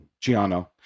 Giano